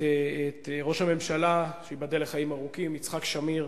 ראש הממשלה, שייבדל לחיים ארוכים, יצחק שמיר.